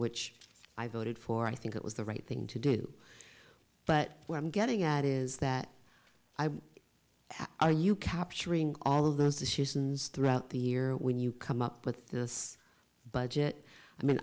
which i voted for i think it was the right thing to do but what i'm getting at is that i are you capturing all of those decisions throughout the year when you come up with this budget i mean